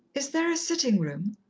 is there a sitting-room?